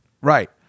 Right